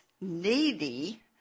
needy